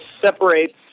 separates